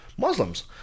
Muslims